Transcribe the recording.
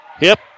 hip